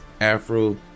Afro